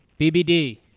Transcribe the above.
BBD